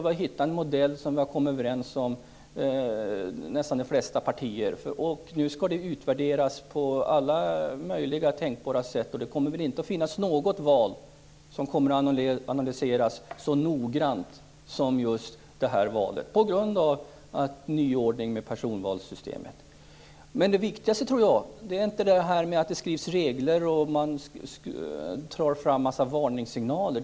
Vi har hittat en modell som de flesta partier har varit överens om. Nu skall den utvärderas på alla möjliga tänkbara sätt. Det kommer inte att hållas något val som kommer att analyseras så noggrant som just det här valet på grund av nyordningen med personvalsinslag. Det viktigaste är inte att det skrivs regler och att man skickar ut varningssignaler.